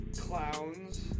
clowns